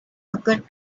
occurred